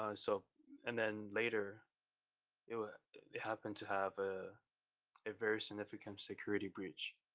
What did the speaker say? ah so and then later it happened to have ah a very significant security breach,